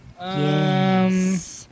Yes